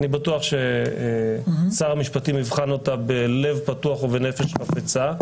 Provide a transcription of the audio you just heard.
אני בטוח ששר המשפטים יבחן אותה בלב פתוח ובנפש חפצה,